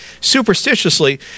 superstitiously